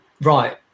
right